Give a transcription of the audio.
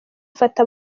ifata